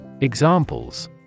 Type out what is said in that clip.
Examples